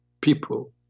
people